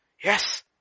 Yes